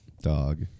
Dog